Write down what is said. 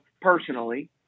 personally